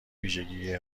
ویژگی